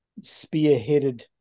spearheaded